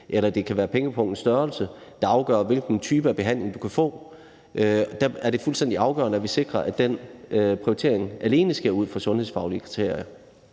eller ens pengepungs størrelse, der afgør, hvilken type behandling man kan få. Der er det fuldstændig afgørende, at vi sikrer, at den prioritering alene sker ud fra sundhedsfaglige kriterier.